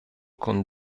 con